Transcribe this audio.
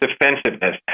defensiveness